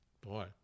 Boy